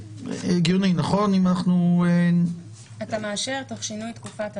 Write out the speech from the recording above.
אתה מאשר תוך שינוי תקופת התוקף.